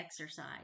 exercise